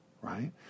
right